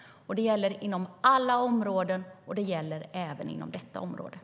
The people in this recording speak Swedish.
Det gäller inom alla områden, och det gäller även inom detta område.